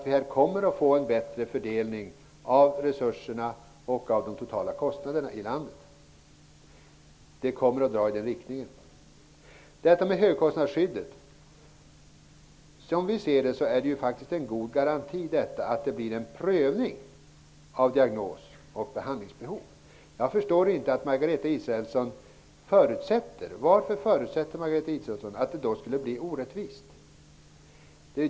Vi kommer att få en bättre fördelning av resurserna och av de totala kostnaderna i landet. Systemet kommer att dra i den riktningen. Så till frågan om högkostnadsskyddet. Som vi ser det är det en god garanti att det blir en prövning av diagnos och behandlingsbehov. Jag förstår inte varför Margareta Israelsson förutsätter att det skulle bli orättvist.